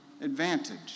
advantage